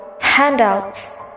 handouts